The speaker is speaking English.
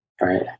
right